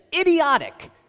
idiotic